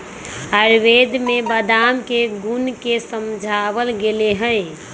आयुर्वेद में बादाम के गुण के समझावल गैले है